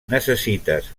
necessites